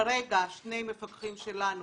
כרגע שני מפקחים שלנו